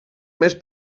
més